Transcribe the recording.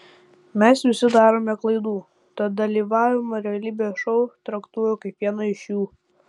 mes visi darome klaidų tad dalyvavimą realybės šou traktuoju kaip vieną iš jų